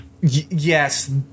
Yes